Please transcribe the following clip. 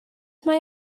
mae